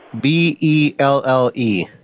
B-E-L-L-E